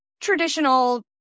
traditional